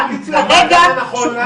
--- תמליץ לוועדה כשנכון לה.